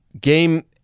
Game